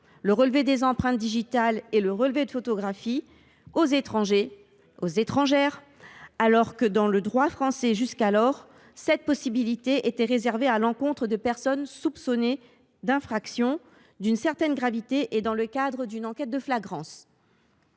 le relevé des empreintes digitales et la prise de photographies aux étrangers et étrangères, alors que, dans le droit français, jusqu’alors, cette possibilité était réservée aux personnes soupçonnées d’avoir commis des infractions d’une certaine gravité, et dans le cadre d’une enquête de flagrance.